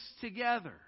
together